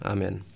Amen